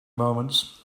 moments